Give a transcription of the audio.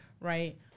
right